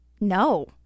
No